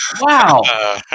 Wow